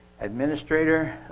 administrator